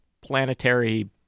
Planetary